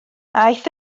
aeth